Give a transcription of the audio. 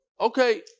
Okay